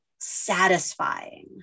Satisfying